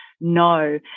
no